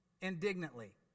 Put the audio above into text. Indignantly